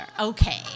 Okay